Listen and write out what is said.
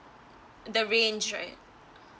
the range right